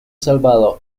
salvado